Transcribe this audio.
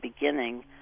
beginning